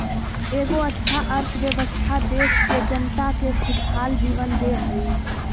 एगो अच्छा अर्थव्यवस्था देश के जनता के खुशहाल जीवन दे हइ